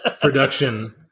production